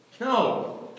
No